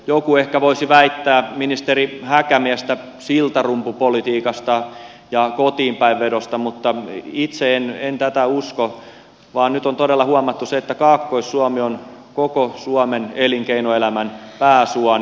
joku ehkä voisi syyttää ministeri häkämiestä siltarumpupolitiikasta ja kotiinpäinvedosta mutta itse en tätä usko vaan nyt on todella huomattu se että kaakkois suomi on koko suomen elinkeinoelämän pääsuoni